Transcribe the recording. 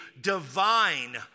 divine